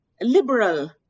liberal